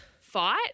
fight